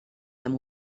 amb